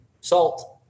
salt